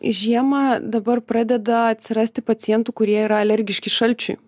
žiemą dabar pradeda atsirasti pacientų kurie yra alergiški šalčiui